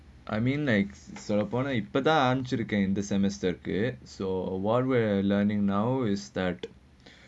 I mean like சொல்ல போனா இப்பே தான் ஆரம்பிச்சுருக்கே இந்த:solla ponaa ippe thaan aarambichchirukkae intha semester okay what we're learning now is like